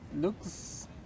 looks